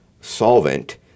solvent